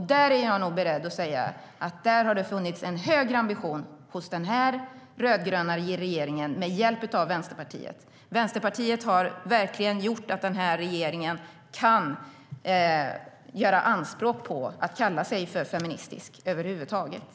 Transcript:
Där är jag beredd att säga att det har funnits en högre ambition hos den här rödgröna regeringen med hjälp av Vänsterpartiet. Vänsterpartiet har verkligen gjort att den här regeringen kan göra anspråk på att kalla sig feministisk över huvud taget.